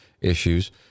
issues